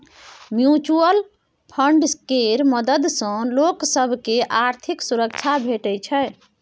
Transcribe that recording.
mutual fund केर मदद सँ लोक सब केँ आर्थिक सुरक्षा भेटै छै